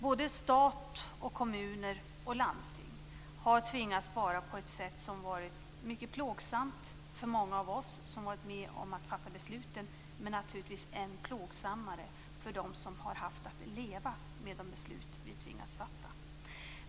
Såväl stat som kommuner och landsting har tvingats att spara på ett sätt som har varit mycket plågsamt för många av oss som har varit med om att fatta besluten, men naturligtvis än plågsammare för dem som har haft att leva med de beslut som vi har tvingats fatta.